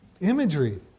imagery